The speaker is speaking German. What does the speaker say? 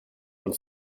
und